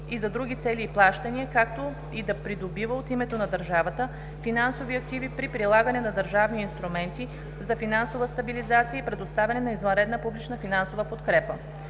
и за други цели и плащания, както и да придобива от името на държавата финансови активи при прилагане на държавни инструменти за финансова стабилизация и предоставяне на извънредна публична финансова подкрепа.“